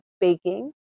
baking